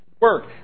work